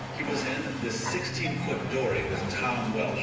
he was in this sixteen foot dory with